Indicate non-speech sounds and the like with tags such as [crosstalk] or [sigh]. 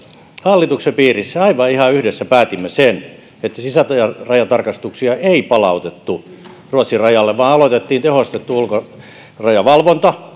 hallituksen piirissä ihan yhdessä päätimme sen että sisärajatarkastuksia ei palautettu ruotsin rajalle vaan aloitettiin tehostettu ulkorajavalvonta [unintelligible]